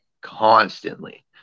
constantly